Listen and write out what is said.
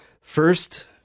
First